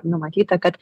numatyta kad